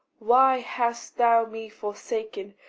why hast thou me forsaken?